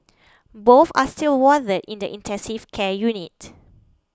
both are still warded in the intensive care unit